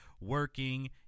working